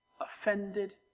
offended